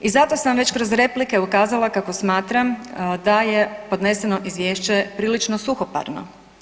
I zato sam već kroz replike ukazala kako smatram da je podneseno izvješće prilično suhoparno.